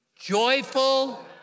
Joyful